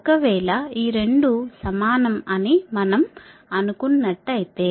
ఒకవేళ ఈ 2 సమానం అని మనం అనుకున్నట్టయితే